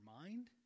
mind